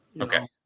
Okay